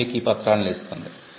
అది మీకు ఈ పత్రాలను ఇస్తుంది